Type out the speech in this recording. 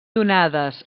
donades